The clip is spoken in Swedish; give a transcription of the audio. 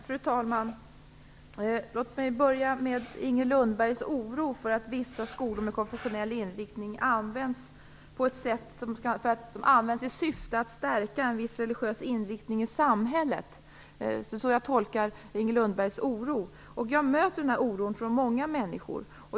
Fru talman! Låt mig börja med Inger Lundbergs oro för att vissa skolor med konfessionell inriktning används i syfte att stärka en viss religiös inriktning i samhället. Det är så jag tolkar Inger Lundbergs oro. Jag möter den här oron hos många människor.